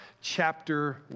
chapter